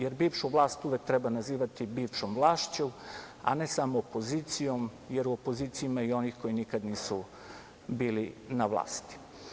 Jer, bivšu vlast uvek treba nazivati bivšom vlašću, a ne samo opozicijom, jer u opoziciji ima i onih koji nikada nisu bili na vlasti.